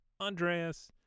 Andreas